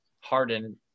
Harden